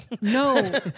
no